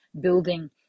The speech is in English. building